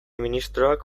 ministroak